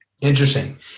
interesting